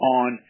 on